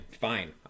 fine